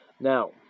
Now